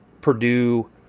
Purdue